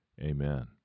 Amen